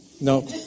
No